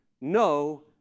no